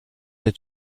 der